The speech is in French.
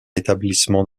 établissement